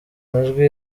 majwi